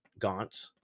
Gaunts